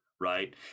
right